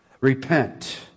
Repent